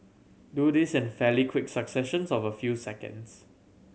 do this in fairly quick successions of a few seconds